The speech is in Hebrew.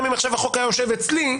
אם החוק היה יושב אצלי,